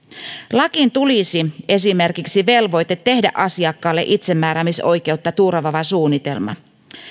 lakiin tulisi esimerkiksi velvoite tehdä asiakkaalle itsemääräämisoikeutta turvaava suunnitelma